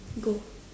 go